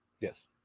Yes